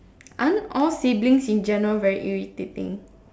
aren't all siblings in general very irritating